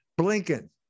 Blinken